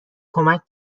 کمک